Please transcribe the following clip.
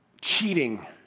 cheating